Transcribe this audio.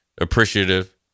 Appreciative